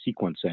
sequencing